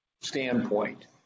standpoint